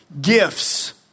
gifts